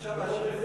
חברי חברי הכנסת,